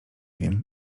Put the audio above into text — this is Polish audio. wiem